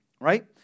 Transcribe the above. Right